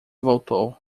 voltou